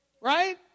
right